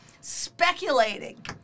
Speculating